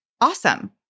awesome